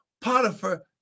Potiphar